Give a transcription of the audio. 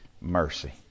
mercy